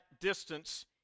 distance